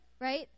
right